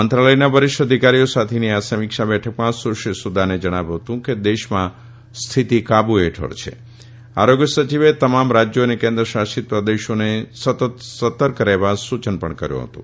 મંત્રાલયના વરિષ્ઠ અધિકારીઓ સાથેની આ સમીક્ષા બેઠકમાં સુશ્રી સુદાને જણાવ્યું હતું કે દેશમાં સ્થિતિ કાબુ હેઠળ છે આરોગ્ય સચિવે તમામ રાજયો અને કેન્દ્ર શાસિત પ્રદેશોને સતત સતર્ક રહેવા સુચન પણ કર્યુ હતું